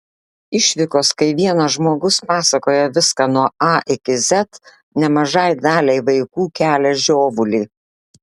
išvykos kai vienas žmogus pasakoja viską nuo a iki z nemažai daliai vaikų kelia žiovulį